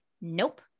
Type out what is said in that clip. nope